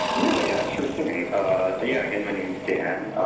you know yeah, sure thing. ah yeah, again, my name is dan.